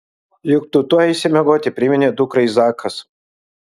juk tu tuoj eisi miegoti priminė dukrai zakas